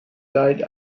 died